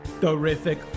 Terrific